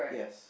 yes